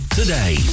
today